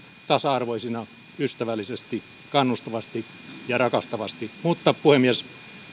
tasa arvoisina ystävällisesti kannustavasti ja rakastavasti mutta puhemies